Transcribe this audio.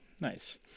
Nice